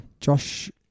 Josh